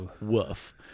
Woof